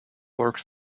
worked